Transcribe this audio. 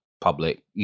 public